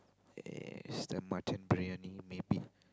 yes the mutton briyani maybe